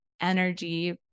energy